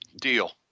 deal